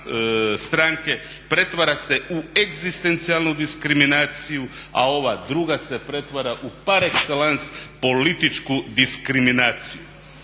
stranke pretvara se u egzistencijalnu diskriminaciju, a ova druga se pretvara u par excellence u političku diskriminaciju.